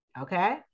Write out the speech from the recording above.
okay